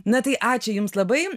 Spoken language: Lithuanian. na tai ačiū jums labai